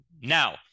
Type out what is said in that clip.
Now